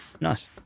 Nice